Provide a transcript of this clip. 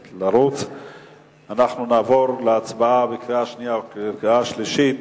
אנחנו נעבור להצבעה בקריאה שנייה ובקריאה שלישית.